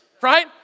right